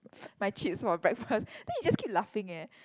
my chips for breakfast then he just keep laughing eh